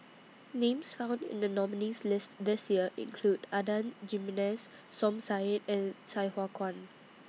Names found in The nominees' list This Year include Adan Jimenez Som Said and Sai Hua Kuan